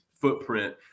footprint